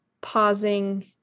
pausing